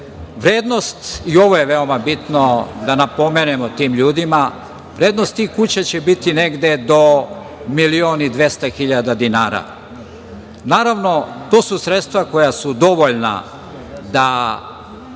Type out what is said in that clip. Vrednost, i ovo je veoma bitno da napomenemo tim ljudima, vrednost tih kuća će biti negde do milion i 200 hiljada dinara. Naravno, to su sredstva koja su dovoljna da